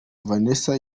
vanessa